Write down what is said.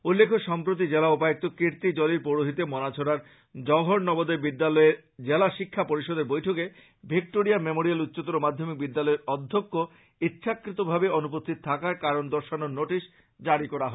উল্লেখ্য সম্প্রতি জেলা উপায়ুক্ত কীর্ত্তি জলির পৌরহিত্যে মনাছড়ার জওহর নবোদয় বিদ্যালয়ে জেলা শিক্ষা পরিষদের বৈঠকে ভিক্টোরিয়া মেমোরিয়াল উচ্চতর মাধ্যমিক বিদ্যালয়ের অধ্যক্ষ ইচ্ছাকৃতভাবে অনুপস্থিত থাকায় কারন দর্শানোর নোটিশ জারী করা হয়েছে